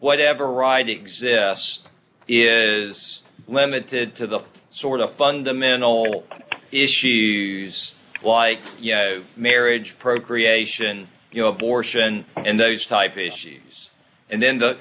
whatever ride exists is limited to the sort of fundamental issues like marriage procreation you know abortion and those type issues and then the